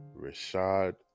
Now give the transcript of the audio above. Rashad